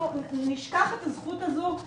זו מדינה יהודית,